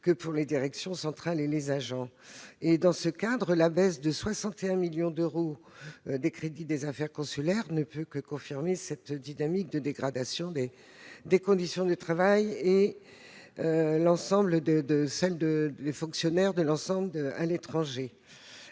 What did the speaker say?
que pour les directions centrales et les agents. Pourtant, cette année encore, la baisse de 61 millions d'euros des crédits des affaires consulaires ne fait que confirmer cette dynamique de dégradation des conditions de travail de l'ensemble des fonctionnaires à l'étranger.